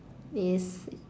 is